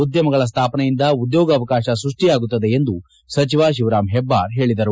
ಉದ್ಯಮಗಳ ಸ್ಥಾಪನೆಯಿಂದ ಉದ್ಯೋಗಾವಕಾಶ ಸೃಷ್ಠಿಯಾಗುತ್ತದೆ ಎಂದು ಸಚಿವ ಶಿವರಾಂ ಹೆಬ್ಬಾರ್ ಹೇಳಿದರು